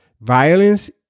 Violence